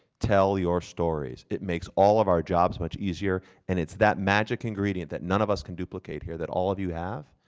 tell your stories. it makes all of our jobs much easier, and it's that magic ingredient than none of us can duplicate here that all of you have.